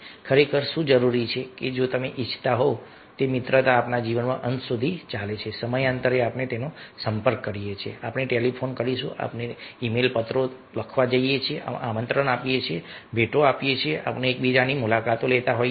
ખરેખર શું જરૂરી છે કે જો તમે ઇચ્છતા હોવ કે તે મિત્રતા આપણા જીવનના અંત સુધી ચાલુ રહે તો સમયાંતરે આપણે સંપર્ક કરવો જોઈએ આપણે ટેલિફોન કરીશું આપણે ઈ મેલ પત્રો લખવા જોઈએ આમંત્રણ આપવું જોઈએ ભેટો આપવી જોઈએ આપણે એકબીજાની મુલાકાત લેવી જોઈએ